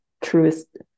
truest